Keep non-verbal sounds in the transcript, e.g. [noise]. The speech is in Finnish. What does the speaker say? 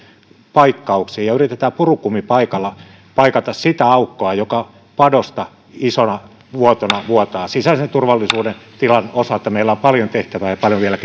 paikkauksiin ja yritetään purukumipaikalla paikata sitä aukkoa padossa josta vuoto isona vuotaa sisäisen turvallisuuden tilan osalta meillä on paljon tehtävää ja paljon vielä [unintelligible]